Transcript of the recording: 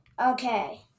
Okay